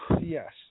Yes